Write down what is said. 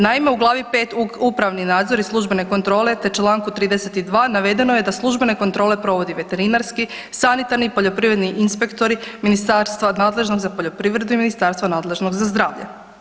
Naime, u glavi 5. upravni nadzori službene kontrole te čl. 32. navedeno je da službene kontrole provodi veterinarski, sanitarni i poljoprivredni inspektori ministarstva nadležnog za poljoprivredu i ministarstva nadležnog za zdravlje.